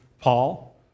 Paul